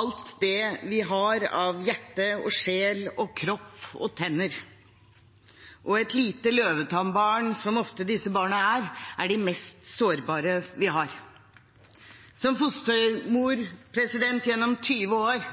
alt det vi har av hjerte og sjel og kropp og tenner. Et lite løvetannbarn, som disse barna ofte er, er de mest sårbare vi har. Som fostermor gjennom 20 år